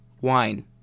wine